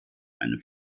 eine